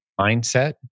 mindset